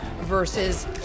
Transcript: versus